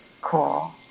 Cool